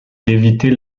d’éviter